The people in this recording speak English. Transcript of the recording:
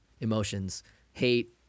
emotions—hate